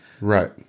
Right